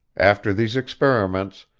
after these experiments,